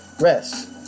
rest